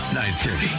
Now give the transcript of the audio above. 930